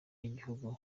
y’igihugu